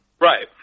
right